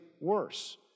worse